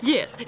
Yes